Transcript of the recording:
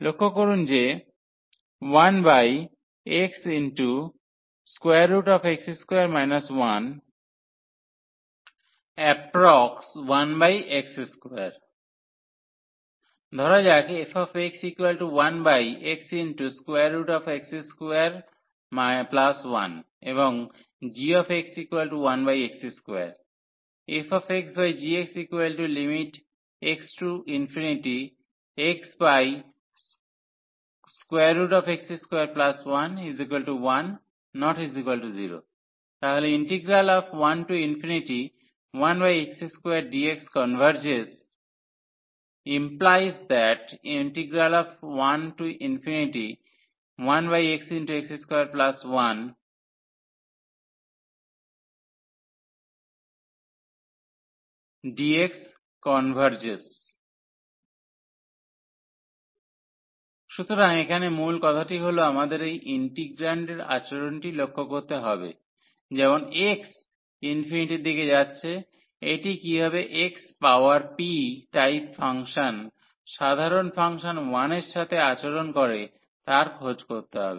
লক্ষ্য করুন যে 1xx211x2 ধরা যাক fx1xx21 এবং gx1x2 fxgxx→∞xx21 1≠0 তাহলে 11x2dx converges ⟹ 1dxxx21 converges সুতরাং এখানে মূল কথাটি হল আমাদের এই ইন্টিগ্রান্ডের আচরণটি লক্ষ্য করতে হবে যেমন x ইনফিনিটির দিকে যাচ্ছে এটি কীভাবে x পাওয়ার p টাইপ ফাংশন সাধারন ফাংশন 1 এর সাথে আচরণ করে তার খোঁজ করতে হবে